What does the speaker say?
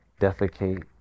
defecate